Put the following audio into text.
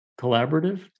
collaborative